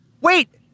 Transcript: Wait